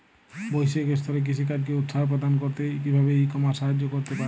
বৈষয়িক স্তরে কৃষিকাজকে উৎসাহ প্রদান করতে কিভাবে ই কমার্স সাহায্য করতে পারে?